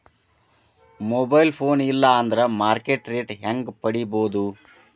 Mobile phone ಇಲ್ಲಾ ಅಂದ್ರ market rate ಹೆಂಗ್ ಪಡಿಬೋದು?